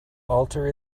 alter